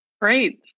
Great